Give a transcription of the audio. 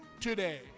today